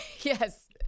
Yes